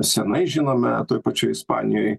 seniai žinome toj pačioj ispanijoj